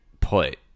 put